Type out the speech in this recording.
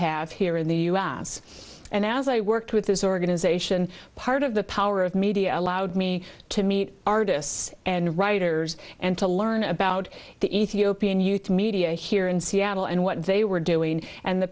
have here in the u s and as i worked with this organization part of the power of media allowed me to meet artists and writers and to learn about the ethiopian youth media here in seattle and what they were doing and the